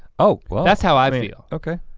oh well that's how i feel. okay.